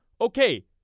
okay